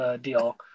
deal